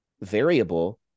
variable